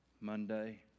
Monday